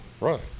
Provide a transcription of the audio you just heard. right